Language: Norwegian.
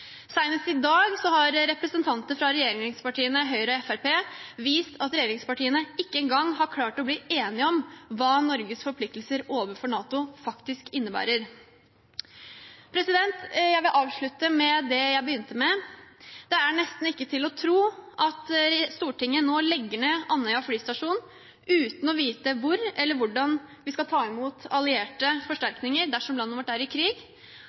i dag har representanter fra regjeringspartiene Høyre og Fremskrittspartiet vist at regjeringspartiene ikke engang har klart å bli enige om hva Norges forpliktelser overfor NATO faktisk innebærer. Jeg vil avslutte med det jeg begynte med. Det er nesten ikke til å tro at Stortinget nå legger ned Andøya flystasjon uten å vite hvor eller hvordan vi skal ta imot allierte forsterkninger dersom landet vårt er i krig,